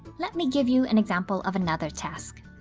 let me give you an example of another task.